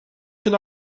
can